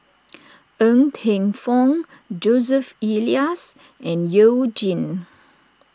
Ng Teng Fong Joseph Elias and You Jin